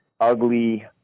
ugly